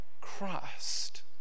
Christ